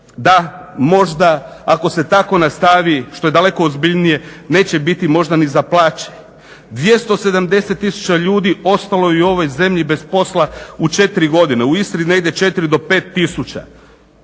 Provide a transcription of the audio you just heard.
da možda ako se tako nastavi što je daleko ozbiljnije neće biti možda ni za plaće. 270 tisuća ljudi ostalo je i u ovoj zemlji bez posla u 4 godine. U Istri negdje 4 do 5 tisuća,